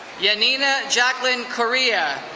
yeah janina jacqueline correa,